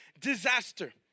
disaster